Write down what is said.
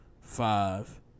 five